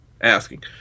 asking